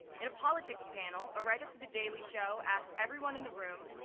in a politics panel a writer for the daily show asked everyone in the room,